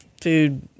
food